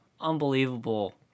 Unbelievable